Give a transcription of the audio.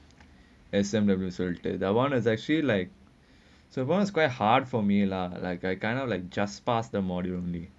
S_M_W soluted that [one] is actually like sembawang is quite hard for me lah like I kind of like just pass the module only